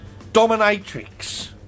dominatrix